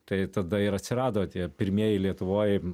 tai tada ir atsirado tie pirmieji lietuvoj